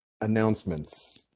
announcements